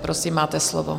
Prosím, máte slovo.